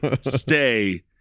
stay